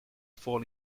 fall